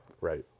right